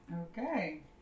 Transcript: okay